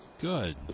Good